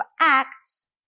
Acts